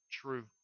True